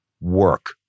work